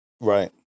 right